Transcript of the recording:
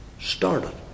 started